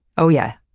oh, yeah.